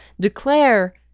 declare